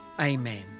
amen